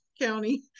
County